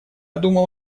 думал